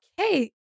Okay